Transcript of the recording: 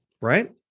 right